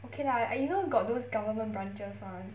okay lah I you know got those government branches [one]